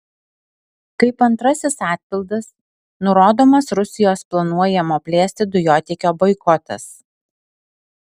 kaip antrasis atpildas nurodomas rusijos planuojamo plėsti dujotiekio boikotas